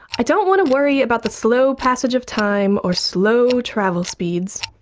i don't want to worry about the slow passage of time or slow travel speeds,